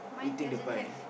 eating the pie